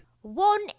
One